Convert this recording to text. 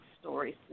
stories